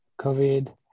COVID